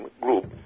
group